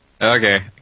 Okay